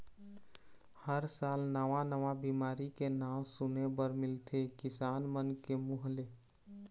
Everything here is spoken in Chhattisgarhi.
हर साल नवा नवा बिमारी के नांव सुने बर मिलथे किसान मन के मुंह ले